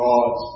God